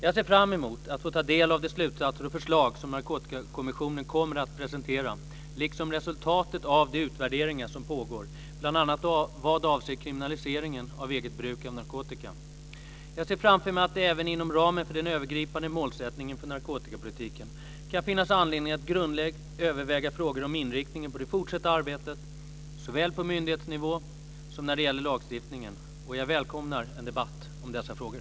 Jag ser fram emot att få ta del av de slutsatser och förslag som Narkotikakommissionen kommer att presentera liksom resultatet av de utvärderingar som pågår, bl.a. vad avser kriminaliseringen av eget bruk av narkotika. Jag ser framför mig att det även inom ramen för den övergripande målsättningen för narkotikapolitiken kan finnas anledning att grundligt överväga frågor om inriktningen på det fortsatta arbetet såväl på myndighetsnivå som när det gäller lagstiftningen. Jag välkomnar en debatt om dessa frågor.